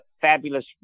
fabulous